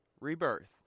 rebirth